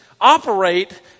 operate